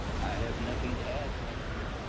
have nothing to add, thank you.